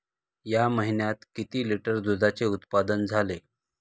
या महीन्यात किती लिटर दुधाचे उत्पादन झाले?